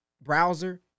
browser